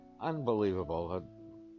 Unbelievable